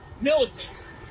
militants